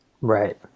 Right